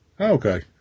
Okay